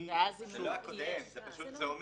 זה לא הקודם, זה אומר